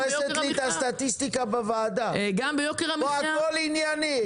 קרן, בוועדה זו הדיונים ענייניים.